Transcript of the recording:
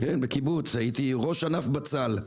כן, בקיבוץ הייתי ראש ענף בצל.